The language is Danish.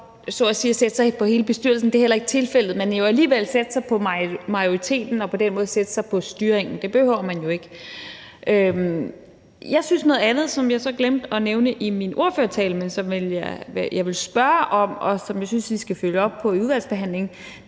jo ikke ved at sætte sig på hele bestyrelsen. Det er så heller ikke tilfældet, men at sætte sig på majoriteten og dermed på styringen behøver man jo ikke at gøre. Så er der noget andet, som jeg glemte at nævne i min ordførertale, men som jeg vil spørge om, og som jeg synes vi skal følge op på i udvalgsbehandlingen,